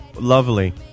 Lovely